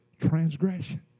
transgression